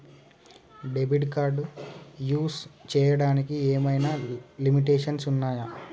Debit card use చేయడానికి ఏమైనా limitations ఉన్నాయా?